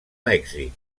mèxic